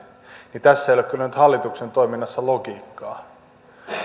niin tässä ei ole kyllä nyt hallituksen toiminnassa logiikkaa